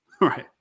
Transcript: Right